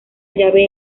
llave